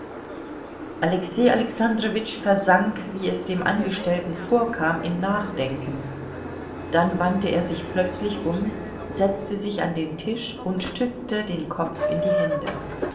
alexei alexandrowitsch versank wie es dem angestellten vorkam in nachdenken dann wandte er sich plötzlich um setzte sich an den tisch und stützte den kopf in die hände